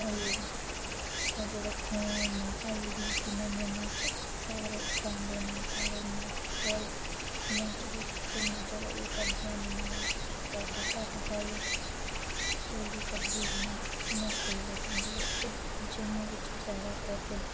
होर होर जेह्ड़ा थूम हल्दी जि'न्ने जम्मू च सारे उगांदे न सारे नेचुरल नेचुरल तू नेचुरल एह् सब्जियां जि'न्नें ई कट्टदे कटहल कोई बी सब्जी इ'यां फेवरेट होंदी ऐ ओह् जम्मू बिच जादातर ते